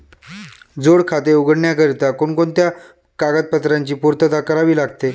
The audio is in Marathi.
जोड खाते उघडण्याकरिता कोणकोणत्या कागदपत्रांची पूर्तता करावी लागते?